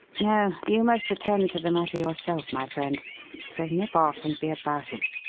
no, you must attend to the matter yourself, my friend so nip off and be about it.